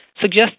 suggest